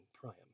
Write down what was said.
Priam